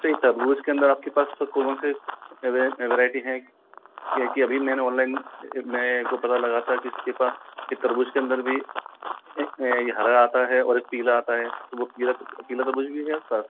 ये तरबूज के अंदर आपके पास कौन कौन सी वैरायटी है देखिए अभी मैंने ऑनलाइन मेरे को पता लगा था कि पा तरबूज के अंदर भी एक हरा आता है और एक पीला आता है तो वो पीला पीला तरबूज भी है आपके पास